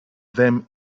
them